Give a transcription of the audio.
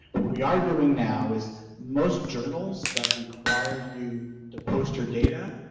what we are doing now is most journals that require you to post your data,